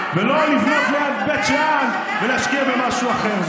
ולא לבנות ליד בית שאן ולהשקיע במשהו אחר.